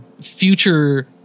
future